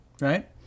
right